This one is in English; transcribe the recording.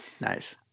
Nice